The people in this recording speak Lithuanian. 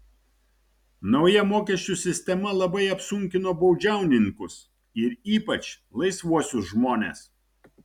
nauja mokesčių sistema labai apsunkino baudžiauninkus ir ypač laisvuosius žmones